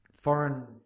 foreign